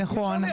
נכון.